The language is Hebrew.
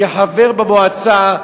כחבר במועצה,